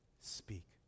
speak